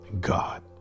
god